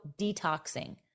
detoxing